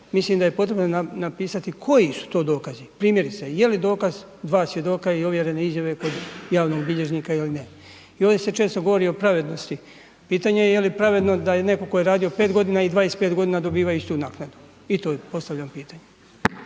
Mislim da je potrebno napisati koji su to dokazi, primjerice je li dokaz dva svjedoka i ovjerene izjave kod javnog bilježnika ili ne. I ovdje se često govori o pravednosti, pitanje je je li pravedno da je netko tko je radio 5.g. i 25.g. dobivaju istu naknadu, i to postavljam pitanje.